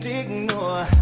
ignore